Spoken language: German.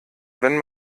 wenn